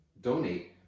donate